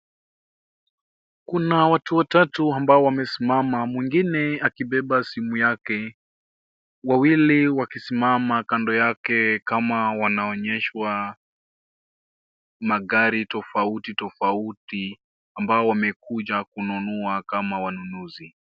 Kuna watu watatu ambao wamesimama mwingine akibeba simu yake, wawili wakisimama kando yake kama wanaonyeshwa magari tofauti tofauti ambao wamekuja kununua kama wanunuzi.